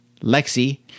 Lexi